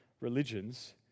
religions